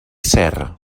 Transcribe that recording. serra